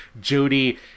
Jody